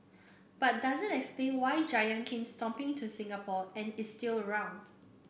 but doesn't explain why giant came stomping to Singapore and is still around